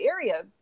area